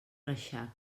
reixac